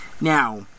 Now